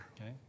Okay